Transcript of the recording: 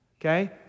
Okay